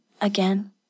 Again